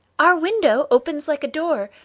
our window opens like a door,